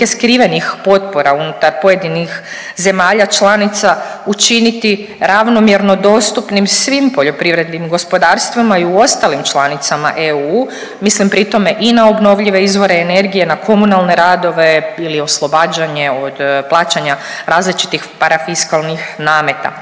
skrivenih potpora unutar pojedinih zemalja članica učiniti ravnomjerno dostupnim svim poljoprivrednim gospodarstvima i u ostali članicama EU, mislim pri tome i na obnovljive izvore energije, na komunalne radove ili oslobađanje od plaćanja različitih parafiskalnih nameta.